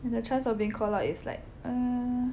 and the chance of being called up it's like err